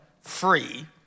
free